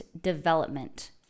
development